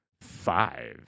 five